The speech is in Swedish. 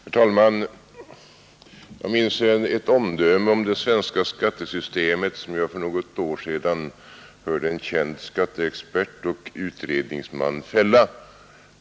Herr talman! Jag minns ett omdöme om det svenska skattesystemet, som jag för något år sedan hörde en känd skatteexpert och utredningsman fälla.